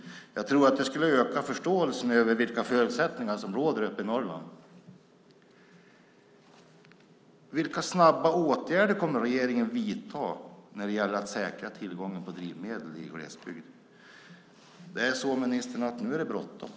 Jag tror att det skulle öka förståelsen för vilka förutsättningar som råder i Norrland. Vilka snabba åtgärder kommer regeringen att vidta när det gäller att säkra tillgången på drivmedel i glesbygden? Nu är det nämligen bråttom, ministern.